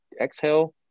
exhale